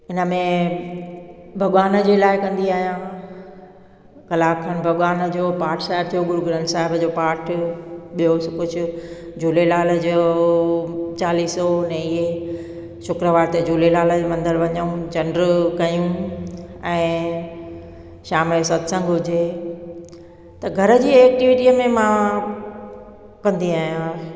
हिन में भॻिवान जे लाइ कंदी आहियां कलाक खनि भॻिवान जो पाठ साहिबु थियो गुरूग्रंथ साहिब जो पाठ ॿियो सभु कुझु झूलेलाल जो चालीहो अने इहे शुक्रवार त झूलेलाल मंदरु वञूं चंडु कयूं ऐं शाम जे सत्संगु हुजे त घर जी एक्टिविटीअ में मां कंदी आहियां